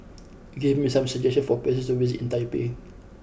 give me some suggestions for places to visit in Taipei